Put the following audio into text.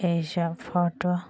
সেইসব ফটো